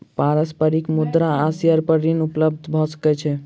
पारस्परिक मुद्रा आ शेयर पर ऋण उपलब्ध भ सकै छै